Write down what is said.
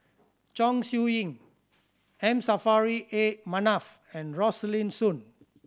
Chong Siew Ying M Saffri A Manaf and Rosaline Soon